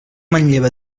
manlleva